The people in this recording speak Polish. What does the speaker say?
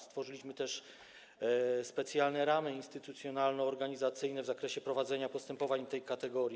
Stworzyliśmy też specjalne ramy instytucjonalno-organizacyjne w zakresie prowadzenia postępowań w tej kategorii.